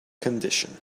condition